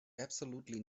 absolutely